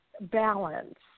balance